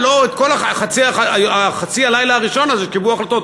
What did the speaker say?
בחצי הראשון של הלילה הזה קיבלו החלטות.